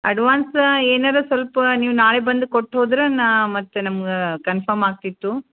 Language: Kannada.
ಅಡ್ವಾನ್ಸ್ ಏನಾದ್ರು ಸ್ವಲ್ಪ ನೀವು ನಾಳೆ ಬಂದು ಕೊಟ್ಟು ಹೋದರೆ ನಾನು ಮತ್ತೆ ನಮ್ಗೆ ಕನ್ಫರ್ಮ್ ಆಗ್ತಿತ್ತು